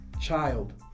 child